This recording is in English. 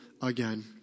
again